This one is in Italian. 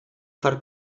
far